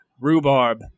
rhubarb